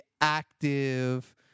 active